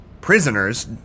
Prisoners